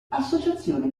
associazione